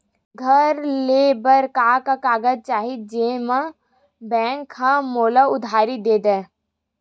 घर ले बर का का कागज चाही जेम मा बैंक हा मोला उधारी दे दय?